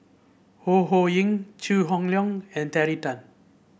Ho Ho Ying Chew Hock Leong and Terry Tan